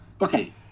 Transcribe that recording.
okay